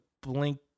blink